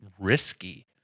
risky